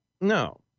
No